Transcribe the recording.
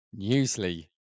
Newsly